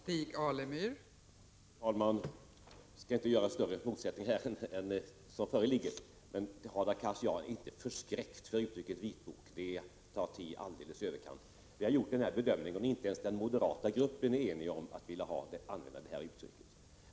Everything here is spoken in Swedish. Fru talman! Jag skall inte göra motsättningarna större än vad de är, men, Hadar Cars, jag är inte förskräckt för uttrycket vitbok — det är att ta till i överkant. Vi har gjort denna bedömning, och inte ens den moderata gruppen är enig om att vilja använda det här uttrycket.